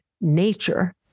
nature